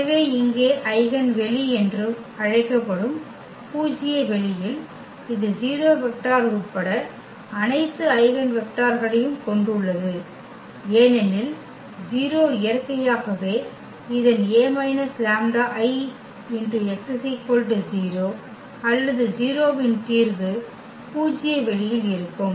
எனவே இங்கே ஐகென் வெளி என்றும் அழைக்கப்படும் பூஜ்ய வெளியில் இது 0 வெக்டர் உட்பட அனைத்து ஐகென் வெக்டர்களையும் கொண்டுள்ளது ஏனெனில் 0 இயற்கையாகவே இதன் I x 0 அல்லது 0 இன் தீர்வு பூஜ்ய வெளியில் இருக்கும்